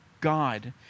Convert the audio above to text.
God